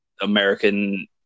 american